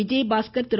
Vijayabaskar Thiru